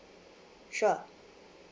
sure